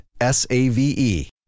S-A-V-E